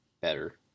better